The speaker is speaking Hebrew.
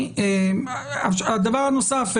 הדבר הנוסף,